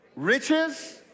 Riches